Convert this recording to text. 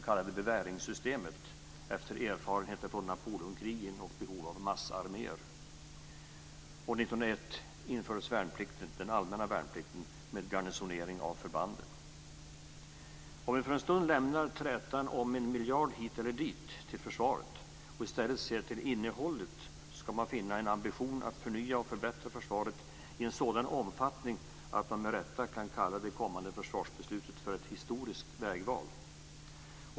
Om vi för en stund lämnar trätan om 1 miljard hit eller dit till försvaret och i stället ser till innehållet skall man finna en ambition att förnya och förbättra försvaret i en sådan omfattning att man med rätta kan kalla det kommande försvarsbeslutet för ett historiskt vägval.